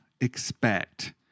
expect